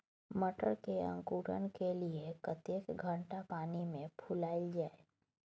मटर के अंकुरण के लिए कतेक घंटा पानी मे फुलाईल जाय?